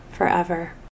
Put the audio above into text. forever